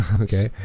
okay